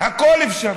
הכול אפשרי.